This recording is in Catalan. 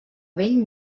vell